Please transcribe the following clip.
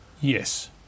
Yes